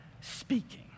speaking